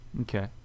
Okay